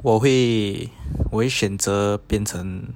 我会选择变成